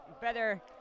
better